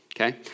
okay